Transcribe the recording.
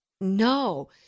No